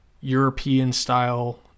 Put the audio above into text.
European-style